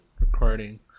recording